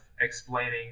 explaining